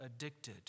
addicted